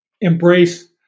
embrace